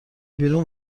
بیرون